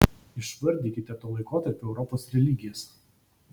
išvardykite to laikotarpio europos religijas